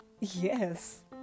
Yes